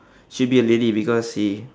should be a lady because he